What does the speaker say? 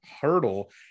hurdle